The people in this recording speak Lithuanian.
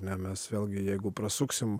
ne mes vėlgi jeigu prasuksim